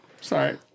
Sorry